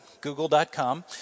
google.com